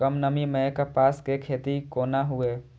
कम नमी मैं कपास के खेती कोना हुऐ?